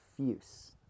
diffuse